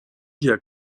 herr